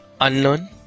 Unlearn